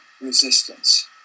resistance